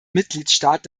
mitgliedstaat